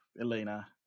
elena